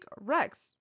rex